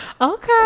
Okay